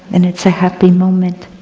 and it's a happy moment.